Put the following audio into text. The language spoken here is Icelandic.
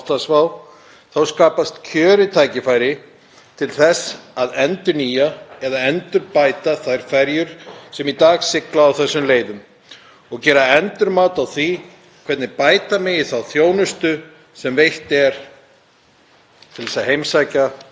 og gera endurmat á því hvernig bæta megi þá þjónustu sem veitt er til að heimsækja þessar náttúruperlur Íslands.